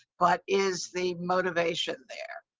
but is the motivation there?